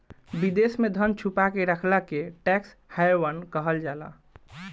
विदेश में धन छुपा के रखला के टैक्स हैवन कहल जाला